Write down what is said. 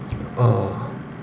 orh